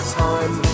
time